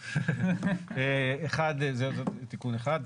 זה תיקון אחד.